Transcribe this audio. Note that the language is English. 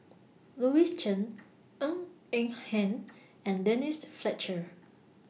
Louis Chen Ng Eng Hen and Denise Fletcher